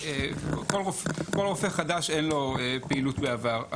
כל רופא חדש אין לו פעילות בעבר.